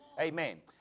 Amen